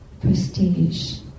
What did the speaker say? prestige